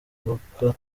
imbuga